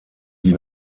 die